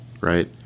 right